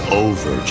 over